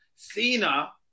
Cena